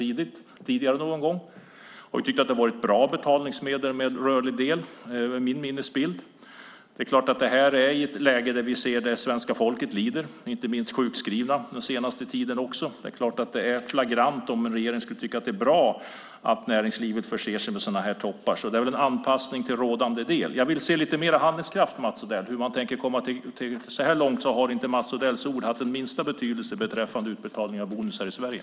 Han har tyckt att en rörlig del har varit ett bra betalningsmedel, det är min minnesbild. Nu är det ett läge där vi ser att svenska folket lider, inte minst de sjukskrivna. Det är klart att det vore flagrant om regeringen skulle tycka att det är bra att näringslivets toppar förser sig med sådant. Det är väl en anpassning till rådande situation. Jag vill se lite mer handlingskraft, Mats Odell. Så här långt har Mats Odells ord inte haft den minsta betydelse beträffande utbetalning av bonusar i Sverige.